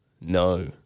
No